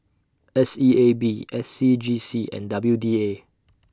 S E A B S C G C and W D A